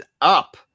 up